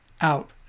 out